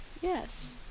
Yes